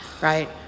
right